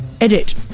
edit